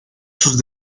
sus